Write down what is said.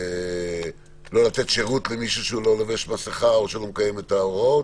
לא לתת שירות למי שלא עוטה מסיכה או שלא מקיים את ההוראות.